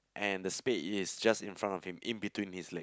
and the spade is just in front of him in between his leg